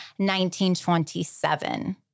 1927